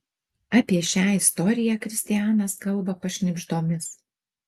apie šią istoriją kristianas kalba pašnibždomis